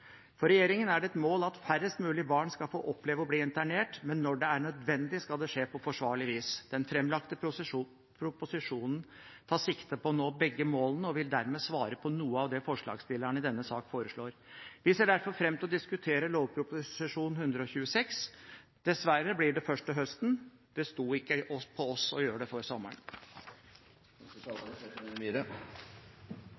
For regjeringen er det et mål at færrest mulig barn skal få oppleve å bli internert, men når det er nødvendig, skal det skje på forsvarlig vis. Den framlagte proposisjonen tar sikte på å nå begge målene og vil dermed svare på noe av det forslagsstillerne i denne sak foreslår. Vi ser derfor fram til å diskutere Prop. 126 L, dessverre blir det først til høsten – det sto ikke på oss å gjøre det før sommeren.